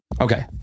Okay